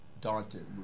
daunted